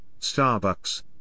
Starbucks